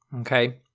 okay